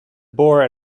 bore